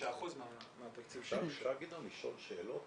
99% מהתקציב -- אפשר לשאול שאלות